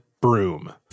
broom